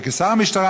כשר משטרה,